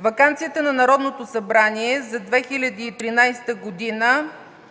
Ваканцията на Народното събрание за 2013 г. да